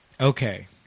okay